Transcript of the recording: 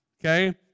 Okay